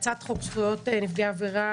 הצעת חוק זכויות נפגעי עבירה,